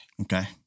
Okay